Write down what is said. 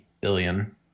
billion